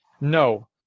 no